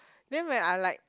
then went I like